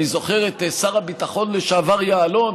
אני זוכר את שר הביטחון לשעבר יעלון,